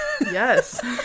Yes